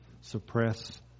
suppress